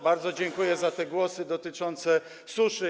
Bardzo dziękuję za głosy dotyczące suszy.